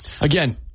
again